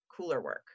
coolerwork